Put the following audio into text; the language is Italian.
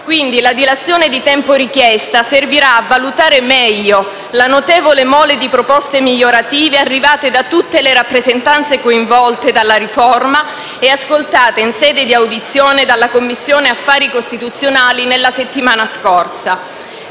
Quindi la dilazione di tempo richiesta servirà a valutare meglio la notevole mole di proposte migliorative arrivate da tutte le rappresentanze coinvolte dalla riforma e ascoltate in sede di audizione dalla Commissione affari costituzionali la settimana scorsa.